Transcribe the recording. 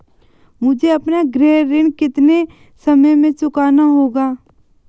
मुझे अपना गृह ऋण कितने समय में चुकाना होगा?